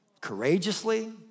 courageously